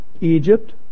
Egypt